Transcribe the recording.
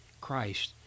Christ